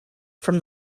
from